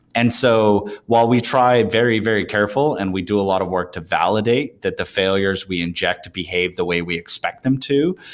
and so while we try very, very careful and we do a lot of work to validate that the failures we inject behave the way we expect them to,